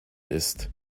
ist